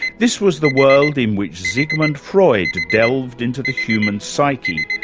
this was the world in which sigmund freud delved into the human psyche,